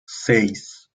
seis